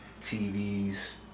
TVs